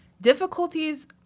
Difficulties